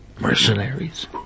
mercenaries